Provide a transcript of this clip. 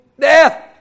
death